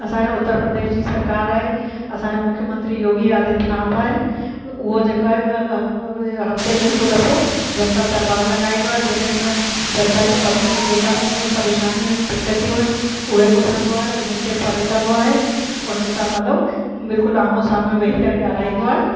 असांजो उत्तर प्रदेश जी सरकार आहे असांजो मुख्यमंत्री योगी आदित्यनाथ आहे उहा जेका आहे हफ़्ते में हिक दफ़ो जनता दरबार लॻाईंदो आहे जंहिंमें जनता जी जेका बि पेरेशानियूं आहिनि दिक़तूं आहिनि उहे ॿुधंदो आहे उनखे परे कंदो आहे उन्हनि सां मतिलबु बिल्कुलु आम्हूं साम्हूं वेही करे ॻाल्हाईंदो आहे